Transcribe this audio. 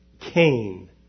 Cain